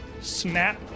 snap